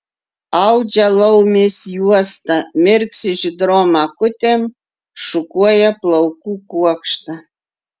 audžia laumės juostą mirksi žydrom akutėm šukuoja plaukų kuokštą